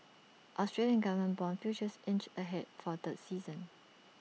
Australian government Bond futures inched ahead for A third session